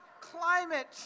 climate